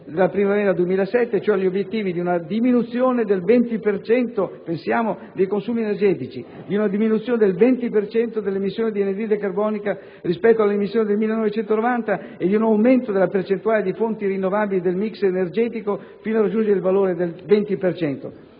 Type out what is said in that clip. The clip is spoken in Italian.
primavera del 2007, e cioè gli obiettivi di una diminuzione del 20 per cento dei consumi energetici, di una diminuzione del 20 per cento dell'emissione di anidride carbonica (rispetto alla emissione del 1990) e di un aumento della percentuale di fonti rinnovabili nel *mix* energetico fino a raggiungere il valore del 20